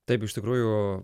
taip iš tikrųjų